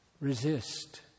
resist